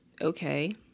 okay